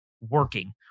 working